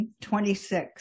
26